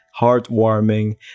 heartwarming